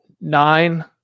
nine